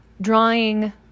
drawing